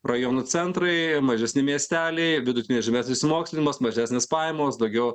rajonų centrai mažesni miesteliai vidutinis žemesnis išsimokslinimas mažesnės pajamos daugiau